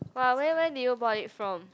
!wah! where where did you bought it from